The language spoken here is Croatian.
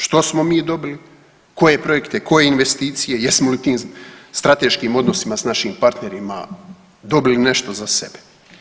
Što smo mi dobili, koje projekte, koje investicije, jesmo li u tim strateškim odnosima sa našim partnerima dobili nešto za sebe.